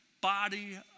body